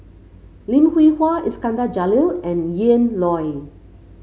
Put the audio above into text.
Lim Hwee Hua Iskandar Jalil and Ian Loy